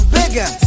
bigger